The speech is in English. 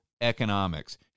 economics